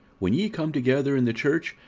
when ye come together in the church,